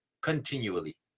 continually